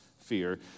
fear